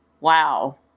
wow